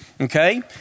okay